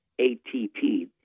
ATP